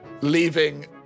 leaving